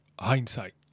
Hindsight